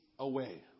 away